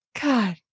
God